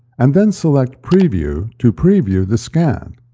and then select preview to preview the scan.